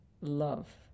love